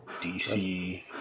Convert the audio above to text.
DC